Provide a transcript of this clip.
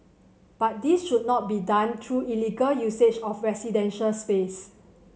but this should not be done through illegal usage of residential space